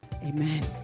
Amen